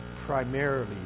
primarily